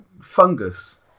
fungus